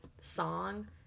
song